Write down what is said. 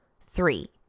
Three